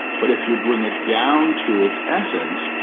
but if you bring it down to its essence,